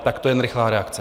Tak to jen rychlá reakce.